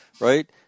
right